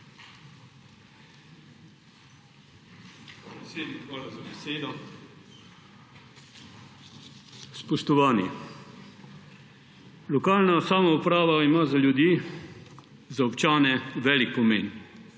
Spoštovani! Lokalna samouprava ima za ljudi, za občane velik pomen,